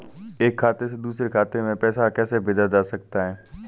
एक खाते से दूसरे खाते में पैसा कैसे भेजा जा सकता है?